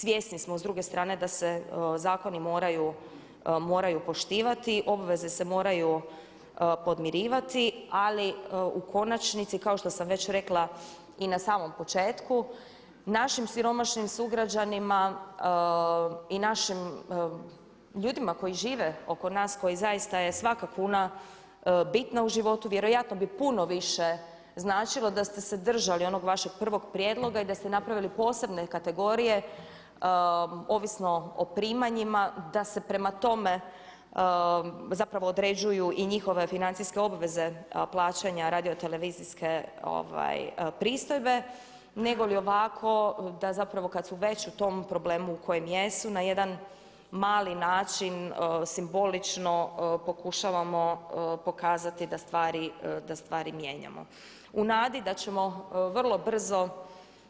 Svjesni smo s druge strane da se zakoni moraju poštivati, obveze se moraju podmirivati ali u konačnici kako što sam već rekla i na samom početku našim siromašnim sugrađanima i našim ljudima koji žive oko nas kojim zaista je svaka kuna bitna u životu vjerojatno bi puno više značilo da ste se držali onog vašeg prvog prijedloga i da ste napravili posebne kategorije ovisno o primanjima, da se prema tome zapravo određuju i njihove financijske obveze plaćanja radiotelevizijske pristojbe, nego li ovako da zapravo kad su već u tom problemu u kojem jesu na jedan mali način simbolično pokušavamo pokazati da stvari mijenjamo u nadi da ćemo vrlo brzo